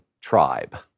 tribe